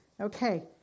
okay